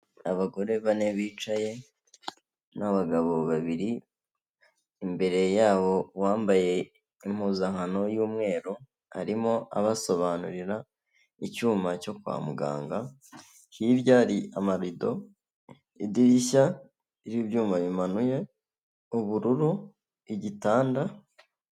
Abagore bane bicaye n'abagabo babiri, imbere yabo uwambaye impuzankano y'umweru arimo abasobanurira icyuma cyo kwa muganga, hirya hari amarido, idirishya y'ibyuma bimanuye, ubururu, igitanda.